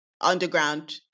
underground